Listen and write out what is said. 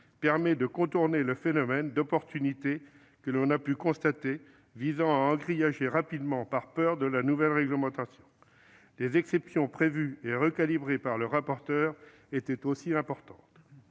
permet de contourner le phénomène d'opportunité, que l'on a pu constater, visant à engrillager rapidement, par peur de la nouvelle réglementation. Les exceptions prévues et recalibrées par le rapporteur étaient aussi importantes.